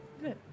Good